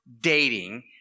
dating